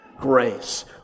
Grace